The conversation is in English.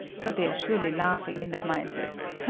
but they are surely laughing in their minds as